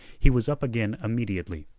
he was up again immediately.